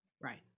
Right